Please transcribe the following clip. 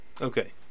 Okay